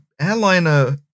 airliner